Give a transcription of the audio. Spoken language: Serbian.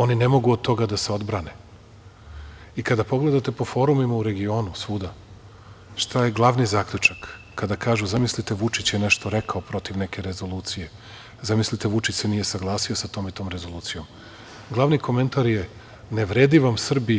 Oni ne mogu od toga da se odbrane i kada pogledate po forumima u regionu svuda šta je glavni zaključak kada kažu - zamislite, Vučić je nešto rekao protiv neke rezolucije, zamislite, Vučić se nije saglasio sa tom i tom rezolucijom, glavni komentar je - ne vredi vam Srbi,